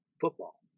football